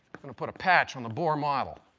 going? to put a patch on the bohr model.